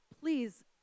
please